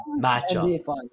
matchup